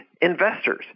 investors